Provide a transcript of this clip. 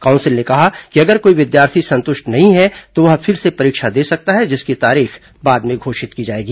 council ने कहा कि अगर कोई विद्यार्थी संतुष्ट नहीं है तो वह फिर से परीक्षा दे सकता है जिसकी तारीख बाद में घोषित की जाएगी